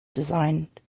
designed